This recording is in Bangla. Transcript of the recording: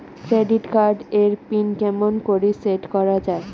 ক্রেডিট কার্ড এর পিন কেমন করি সেট করা য়ায়?